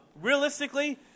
realistically